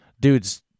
Dude's